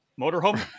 motorhome